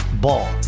Ball